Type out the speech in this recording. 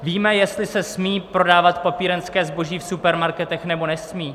Víme, jestli se smí prodávat papírenské zboží v supermarketech, nebo nesmí?